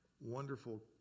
wonderful